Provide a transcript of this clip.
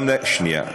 גם, שנייה.